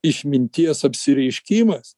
išminties apsireiškimas